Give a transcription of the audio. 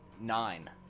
Nine